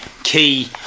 Key